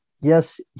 yes